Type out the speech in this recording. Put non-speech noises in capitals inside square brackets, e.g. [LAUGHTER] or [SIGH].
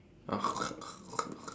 [NOISE]